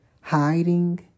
hiding